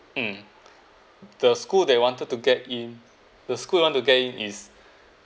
mm the school that you wanted to get in the school you want to get in is